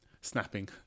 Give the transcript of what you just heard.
snapping